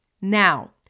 Now